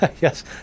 Yes